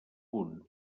punt